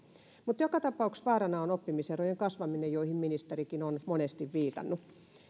mutta joka tapauksessa vaarana on oppimiserojen kasvaminen johon ministerikin on monesti viitannut